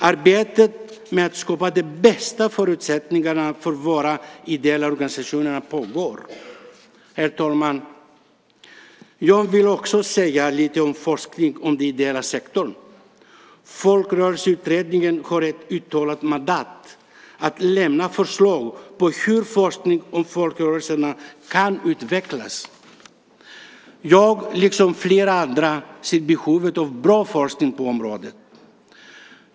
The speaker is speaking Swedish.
Arbetet med att skapa de bästa förutsättningarna för våra ideella organisationer pågår. Herr talman! Jag vill också säga lite om forskningen om den ideella sektorn. Folkrörelseutredningen har ett uttalat mandat att lämna förslag på hur forskningen om folkrörelserna kan utvecklas. Jag liksom flera andra ser behovet av bra forskning på området.